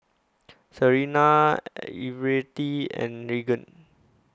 Serina Everette and Raegan